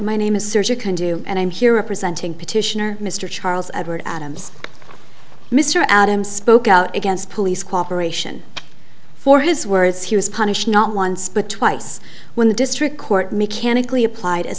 my name is or can do and i'm here representing petitioner mr charles edward adams mr adams spoke out against police cooperation for his words he was punished not once but twice when the district court mechanically applied a